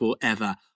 forever